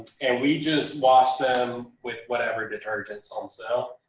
and we just wash them with whatever detergents on sale.